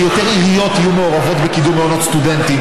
הרצף הערבי-הפלסטיני שם.